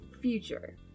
future